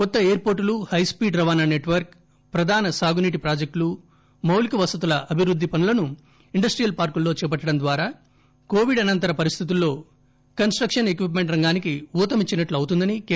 కొత్త ఎయిర్ పోర్టులు హైస్పీడ్ రవాణా సెట్వర్క్ ప్రధాన సాగునీటి ప్రాజెక్టులు మౌళిక వసతుల అభివృద్ది పనులను ఇండస్టీయల్ పార్కుల్లో చేపట్టడం ద్వారా కోవిడ్ అనంతర పరిస్టితుల్లో కన్స్టక్షన్ ఎక్సిప్మెంట్ రంగానికి ఊతమిచ్చినట్లొతుందని కె